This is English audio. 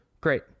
Great